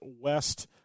West